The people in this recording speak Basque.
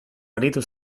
aritu